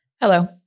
Hello